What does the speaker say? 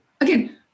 again